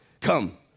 come